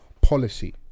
policy